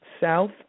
south